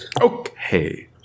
Okay